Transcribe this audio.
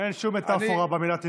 אין שום מטפורה במילה "טינופת",